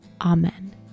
Amen